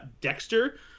Dexter